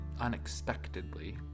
unexpectedly